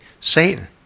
satan